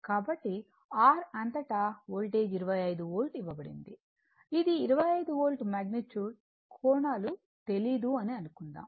కాబట్టి R అంతటా voltage 25 volt ఇవ్వబడింది ఇది 25 వోల్ట్ మాగ్నిట్యూడ్ కోణాలు తెలీదు అని అనుకుందాం